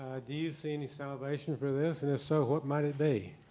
do you see any salvation for this and if so what might it be?